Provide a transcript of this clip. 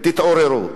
תתעוררו.